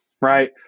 right